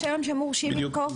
שמורשים למכור,